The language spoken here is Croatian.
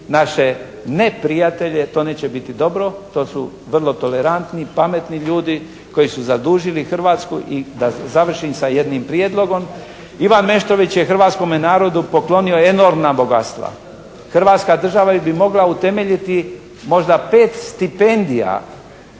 naše ne prijatelje to neće biti dobro, to su vrlo tolerantni, pametni ljudi koji su zadužili Hrvatsku i da završim sa jednim prijedlogom. Ivan Meštrović je hrvatskome narodu poklonio enormna bogatstva. Hrvatska država bi mogla utemeljiti možda 5 stipendija